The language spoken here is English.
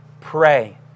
pray